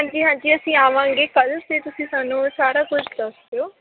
ਹਾਂਜੀ ਹਾਂਜੀ ਅਸੀਂ ਆਵਾਂਗੇ ਕੱਲ੍ਹ ਅਤੇ ਤੁਸੀਂ ਸਾਨੂੰ ਸਾਰਾ ਕੁਝ ਦੱਸ ਦਿਓ